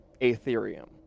aetherium